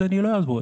אז אני לא אעבוד.